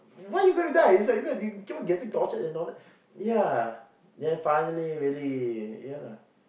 what're you gonna die is like is like you keep getting tortured and all that ya then finally really ya lah